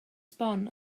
sbon